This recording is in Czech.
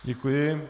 Děkuji.